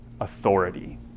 authority